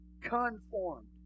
Conformed